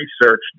research